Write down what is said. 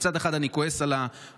מצד אחד אני כועס על התשובה,